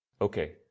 Okay